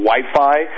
Wi-Fi